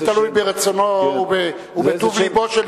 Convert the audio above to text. אבל זה תלוי ברצונו ובטוב לבו של